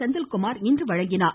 செந்தில்குமார் இன்று வழங்கினார்